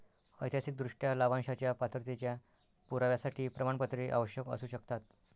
ऐतिहासिकदृष्ट्या, लाभांशाच्या पात्रतेच्या पुराव्यासाठी प्रमाणपत्रे आवश्यक असू शकतात